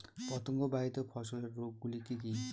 পতঙ্গবাহিত ফসলের রোগ গুলি কি কি?